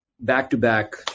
back-to-back